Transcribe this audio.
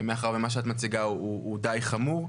מאחר שמה שאת מציגה הוא די חמור.